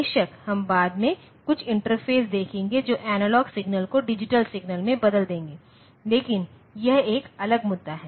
बेशक हम बाद में कुछ इंटरफेस देखेंगे जो एनालॉग सिग्नल को डिजिटल सिग्नल में बदल देंगे लेकिन यह एक अलग मुद्दा है